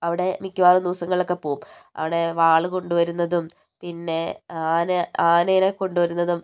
അവിടെ മിക്കവാറും ദിവസങ്ങളിലൊക്കെ പോവും അവിടെ വാൾ കൊണ്ടുവരുന്നതും പിന്നെ ആന ആനേനെ കൊണ്ടുവരുന്നതും